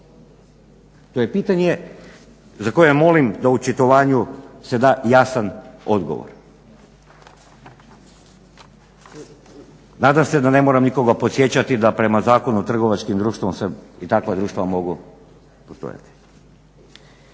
To je pitanje za koje molim da u očitovanju se da jasan odgovor. Nadam se da ne moram nikoga podsjećati da prema Zakonu o trgovačkim društvima se i takva društva mogu postojati.